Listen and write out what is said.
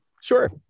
sure